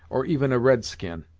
or even a red-skin.